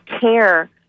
care